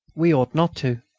we ought not to,